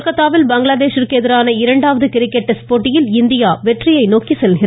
கொல்கத்தாவில் பங்களாதேஷ் ந்கு எதிரான இரண்டாவது கிரிக்கெட் டெஸ்ட் போட்டியில் இந்தியா வெற்றியை நோக்கி செல்கிறது